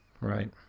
Right